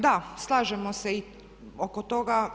Da, slažemo se i oko toga.